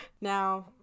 Now